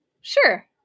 Sure